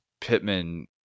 Pittman